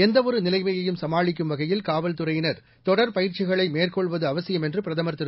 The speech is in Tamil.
எந்தவொரு நிலைமையையும் சமாளிக்கும் வகையில் காவல்துறையினர் தொடர் பயிற்சிகளை மேற்கொள்வது அவசியம் என்று பிரதமர் திரு